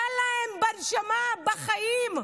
רע להם בנשמה, בחיים.